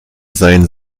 sein